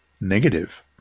Negative